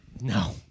No